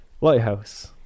lighthouse